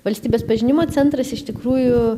valstybės pažinimo centras iš tikrųjų